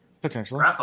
Potentially